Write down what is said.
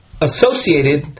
associated